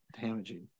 damaging